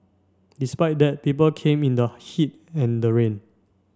despite that people came in the heat and the rain